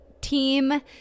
team